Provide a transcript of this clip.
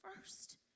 first